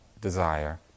desire